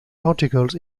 articles